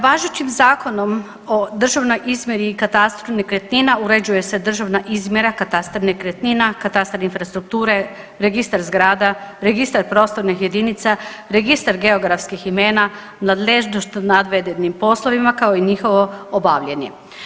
Važećim Zakonom o državnoj izmjeri i katastru nekretnina uređuje se državna izmjera katastar nekretnina, katastar infrastrukture, registar zgrada, registar prostornih jedinica, registar geografskih imena, nadležnost na navedenim poslovima, kao i njihovo obavljanje.